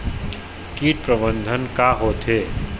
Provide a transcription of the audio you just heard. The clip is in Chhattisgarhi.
कीट प्रबंधन का होथे?